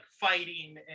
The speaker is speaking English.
fighting